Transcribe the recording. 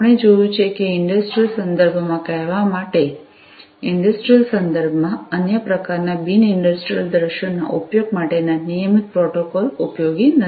આપણે જોયું છે કે ઇંડસ્ટ્રિયલ સંદર્ભમાં કહેવા માટે ઇંડસ્ટ્રિયલ સંદર્ભમાં અન્ય પ્રકારનાં બિન ઇંડસ્ટ્રિયલ દૃશ્યો ના ઉપયોગ માટેના નિયમિત પ્રોટોકોલ ઉપયોગી નથી